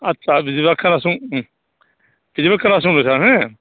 आच्चा बिदिबा खोनासं बिदिबा खोनासं नोंथां हो